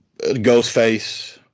Ghostface